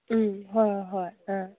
ꯎꯝ ꯍꯣꯏ ꯍꯣꯏ ꯍꯣꯏ ꯑꯥ